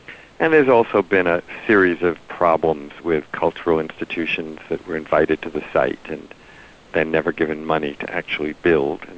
and there's also been a series of problems with cultural institutions that were invited to the site, and they're never given money to actually build, and